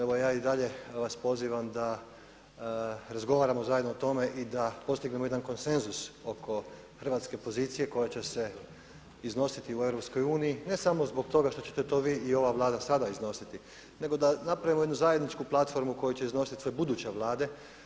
Evo ja i dalje vas pozivam da razgovaramo zajedno o tome i da postignemo jedan konsenzus oko Hrvatske pozicije koja će se iznositi u EU ne samo zbog toga što ćete to vi i ova Vlada sada iznositi nego da napravimo jednu zajedničku platformu koju će iznositi sve buduće Vlade.